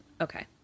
Okay